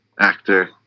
actor